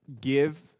give